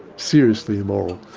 seriously immoral,